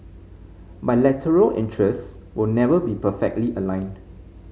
bilateral interests will never be perfectly aligned